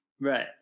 Right